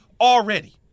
already